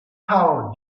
howl